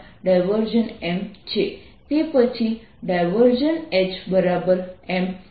તેથી ગણતરી કરવા માટે તે ઇન્ટિગ્રલ સિવાય કંઈ નથી